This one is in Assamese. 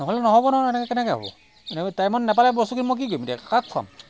নহ'লে নহ'ব নহয় এনেকৈ কেনেকৈ হ'ব এনেকৈ টাইমত নাপালে বস্তু কি মই কি কৰিম কাক খোৱাম